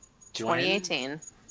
2018